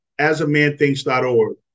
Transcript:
asamanthinks.org